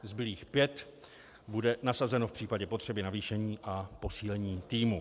Zbylých pět bude nasazeno v případě potřeby navýšení a posílení týmu.